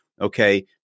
Okay